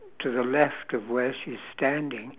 to the left of where she's standing